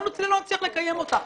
לא נצליח לקיים אותה.